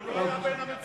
הוא לא היה בין המציעים.